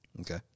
okay